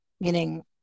meaning